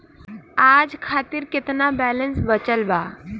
आज खातिर केतना बैलैंस बचल बा?